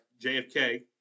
JFK